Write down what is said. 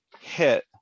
hit